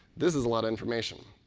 this is a lot information.